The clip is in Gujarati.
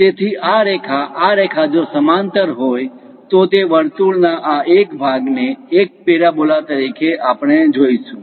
તેથી આ રેખા આ રેખા જો તે સમાંતર હોય તો તે વર્તુળના આ એક ભાગ ને એક પેરાબોલા તરીકે આપણે જોઈશું